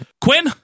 Quinn